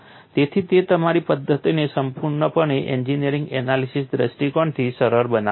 તેથી તે તમારી પદ્ધતિને સંપૂર્ણપણે એન્જિનિયરિંગ એનાલિસીસના દૃષ્ટિકોણથી સરળ બનાવે છે